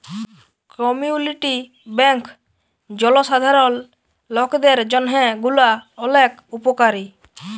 community bank জলসাধারল লকদের জন্হে গুলা ওলেক উপকারী